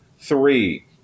three